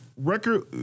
Record